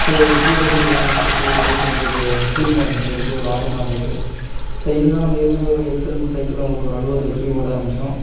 so ஒரு gear வண்டியை இப்போ தான் ஃபர்ஸ்ட் ஃபர்ஸ்ட் ஓட்டும் போது கொஞ்சம் ஒரு த்ரில்லிங்காக இருந்துது ரொம்ப ஒரு ஆர்வமாக இருந்துது சரி இருந்தாலும் நம்ப ஏற்கனவே ஒரு எக்ஸ்எல் இந்த சைக்கிள்லாம் ஓட்டுன ஒரு அனுபவத்தை வச்சு ஓட்ட ஆரமிச்சேன்